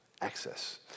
Access